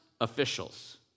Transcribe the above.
officials